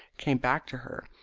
came back to her,